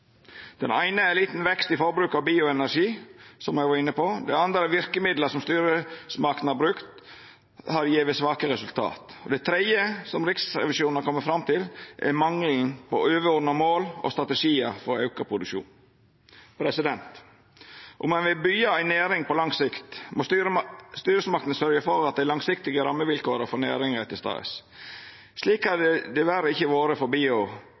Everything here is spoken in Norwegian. Den eine er liten vekst i forbruket av bioenergi, som eg har vore inne på. Den andre er at verkemiddel som styresmaktene har brukt, har gjeve svake resultat. Det tredje Riksrevisjonen har kome fram til, er mangelen på overordna mål og strategiar for auka produksjon. Om ein vil byggja ei næring på lang sikt, må styresmaktene sørgja for at dei langsiktige rammevilkåra for næringa er til stades. Slik har det diverre ikkje vore for